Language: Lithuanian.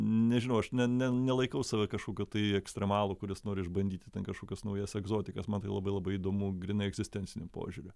nežinau aš ne ne nelaikau save kažkokiu tai ekstremalu kuris nori išbandyti ten kažkokias naujas egzotikas man tai labai labai įdomu grynai egzistenciniu požiūriu